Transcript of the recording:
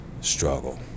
struggle